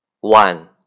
one